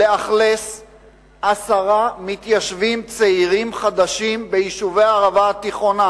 לשכן עשרה מתיישבים צעירים חדשים ביישובי הערבה התיכונה.